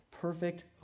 perfect